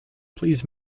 please